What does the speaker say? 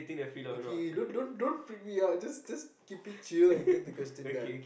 okay don't don't don't freak me out just just keep it chill and get the question done